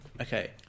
Okay